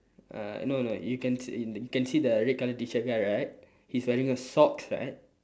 uh no no you can see you can see the red colour T-shirt guy right he's wearing a socks right